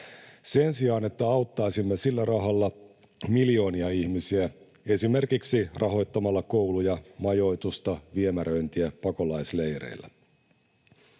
sen sijaan, että auttaisimme sillä rahalla miljoonia ihmisiä esimerkiksi rahoittamalla kouluja, majoitusta, viemäröintiä pakolaisleireillä.